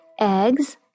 eggs